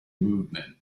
movement